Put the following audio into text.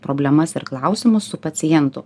problemas ir klausimus su pacientu